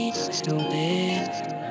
stupid